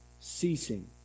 ceasing